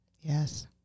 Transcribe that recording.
Yes